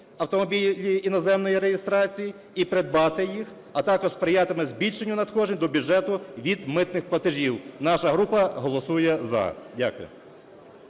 автомобілі іноземної реєстрації і придбати їх, а також сприятиме збільшенню надходжень до бюджету від митних платежів. Наша група голосує "за". Дякую.